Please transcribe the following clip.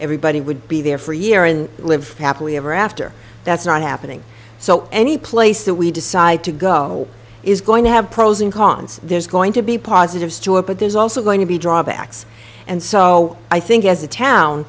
everybody would be there for a year and live happily ever after that's not happening so any place that we decide to go is going to have pros and cons there's going to be positives to it but there's also going to be drawbacks and so i think as a town